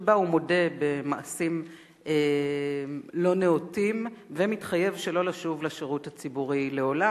שבה הוא מודה במעשים לא נאותים ומתחייב שלא לשוב לשירות הציבורי לעולם.